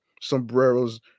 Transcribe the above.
sombreros